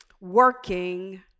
Working